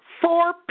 four